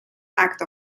act